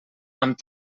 amb